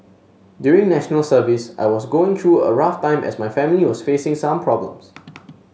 during National Service I was also going through a rough time as my family was facing some problems